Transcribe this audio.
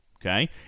Okay